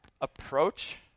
approach